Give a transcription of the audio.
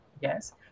Yes